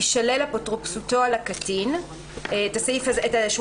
תישלל אפוטרופסותו על הקטין",- נוריד את השורה: